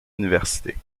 universités